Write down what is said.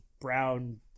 brown-